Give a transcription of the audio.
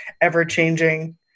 ever-changing